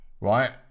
right